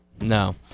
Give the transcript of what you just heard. No